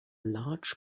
large